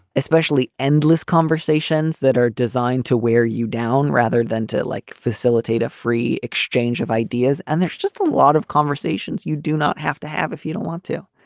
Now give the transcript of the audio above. especially endless conversations that are designed to wear you down rather than to like facilitate a free exchange of ideas. and there's just a lot of conversations you do not have to have if you don't want to.